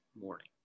morning